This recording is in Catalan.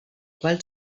qual